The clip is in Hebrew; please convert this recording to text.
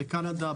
בקנדה,